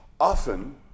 often